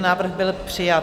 Návrh byl přijat.